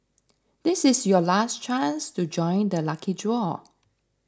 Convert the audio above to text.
this is your last chance to join the lucky draw